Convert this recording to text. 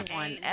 one